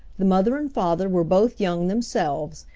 the mother and father were both young themselves,